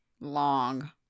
long